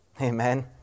Amen